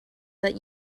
that